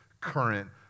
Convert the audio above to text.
current